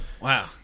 Wow